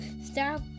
stop